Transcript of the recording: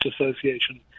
Association